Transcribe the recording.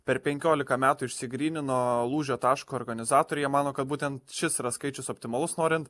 per penkiolika metų išsigrynino lūžio taško organizatoriai jie mano kad būtent šis skaičius optimalus norint